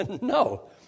No